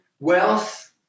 wealth